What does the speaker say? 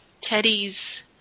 Teddy's